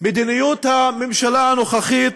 מדיניות הממשלה הנוכחית